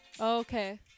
okay